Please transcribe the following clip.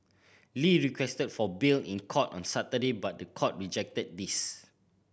Lee requested for bail in court on Saturday but the court rejected this